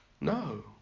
No